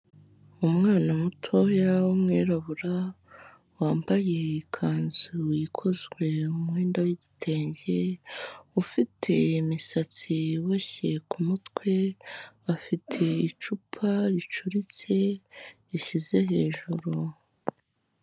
Umwana mutoya w'umwirabura, wambaye ikanzu ikozwe mu mwenda w'igitenge, ufite imisatsi iboshye ku mutwe, afite icupa ricuritse yashyize hejuru.